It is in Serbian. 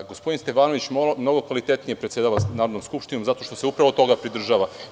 Gospodin Stefanović mnogo kvalitetnije predsedava Narodnom skupštinom zato što se upravo toga pridržava.